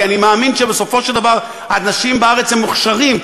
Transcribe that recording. כי אני מאמין שבסופו של דבר האנשים בארץ מוכשרים,